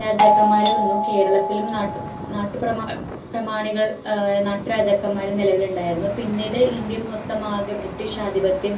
രാജാക്കന്മാർ വന്നു കേരളത്തിലും നാട്ടു നാട്ടു പ്രമാ പ്രമാണികൾ നാട്ടുരാജാക്കന്മാരും നിലവിലുണ്ടായിരുന്നു പിന്നീട് ഇന്ത്യ മൊത്തം ആകെ ബ്രിട്ടീഷാധിപത്യം